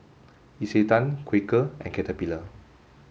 Isetan Quaker and Caterpillar